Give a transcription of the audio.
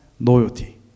loyalty